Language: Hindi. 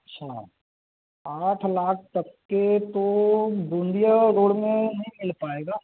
अच्छा आठ लाख तक के तो गोंदिया रोड़ में नहीं मिल पाएगा